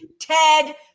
Ted